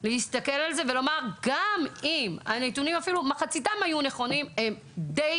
להסתכל על זה ולומר: גם אם אפילו מחצית מהנתונים היו נכונים הם די